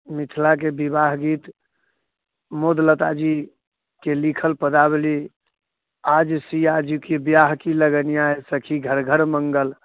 मिथिलाके विवाह गीत मोदलता जीके लिखल पदावली आज सियाजीके बियाहकी लगनियाँ सखी घर मङ्गल